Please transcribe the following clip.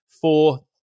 four